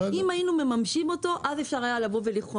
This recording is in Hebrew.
אם היינו מממשים אותו, אז אפשר היה לבחון.